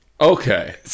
okay